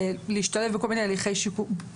להשתלב בכל מיני הליכי שיקום.